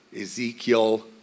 Ezekiel